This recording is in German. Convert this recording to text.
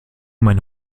meine